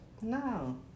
No